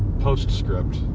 postscript